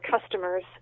customers